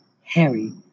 Harry